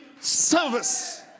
service